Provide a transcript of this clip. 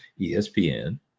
espn